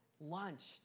lunch